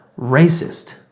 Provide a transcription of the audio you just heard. racist